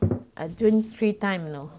I drink three time you know